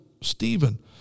Stephen